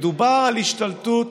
מדובר על השתלטות